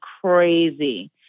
crazy